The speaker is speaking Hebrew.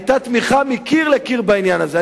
היתה תמיכה מקיר לקיר בעניין הזה.